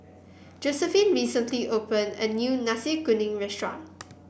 Josephine recently opened a new Nasi Kuning Restaurant